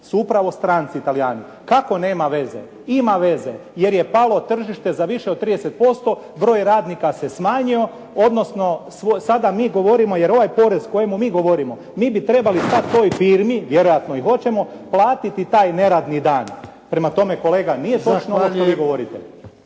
su upravo stranci Talijani, kako nema veze. Ima veze, jer je palo tržište za više od 30%, broj radnika se smanjio, odnosno sada mi govorimo, jer ovaj porez o kojemu mi govorimo mi bi trebali sad toj firmi, vjerojatno i hoćemo platiti taj neradni dan. Prema tome, kolega nije točno ovo što vi govorite.